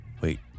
Wait